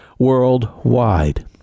worldwide